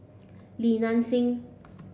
Li Nanxing